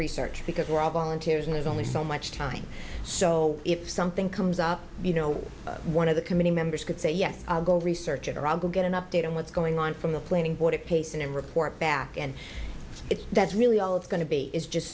research because we're all volunteers and we've only so much time so if something comes up you know one of the committee members could say yes i'll go research it or i'll go get an update on what's going on from the planning board at pace and report back and if that's really all it's going to be is just